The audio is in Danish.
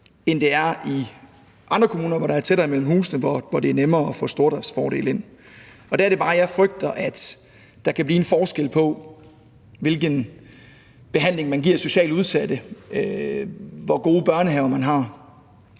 end det er i andre kommuner, hvor der er tættere imellem husene, og hvor det er nemmere at få stordriftsfordele ind. Der er det bare, jeg frygter, at der kan blive en forskel på, hvilken behandling man giver socialt udsatte, hvor gode børnehaver man har.